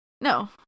No